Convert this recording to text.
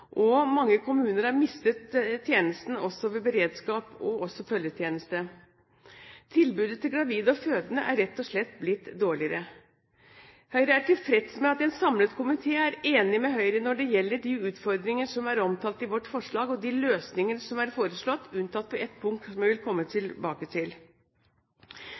og mange kommuner har mistet tjenesten, også ved beredskap. Tilbudet til gravide og fødende er rett og slett blitt dårligere. Høyre er tilfreds med at en samlet komité er enig med Høyre når det gjelder de utfordringer som er omtalt i vårt forslag og de løsninger som er foreslått, unntatt på et punkt som jeg vil komme tilbake til.